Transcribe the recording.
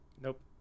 Nope